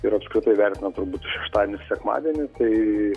ir apskritai vertinant turbūt šeštadienį sekmadienį tai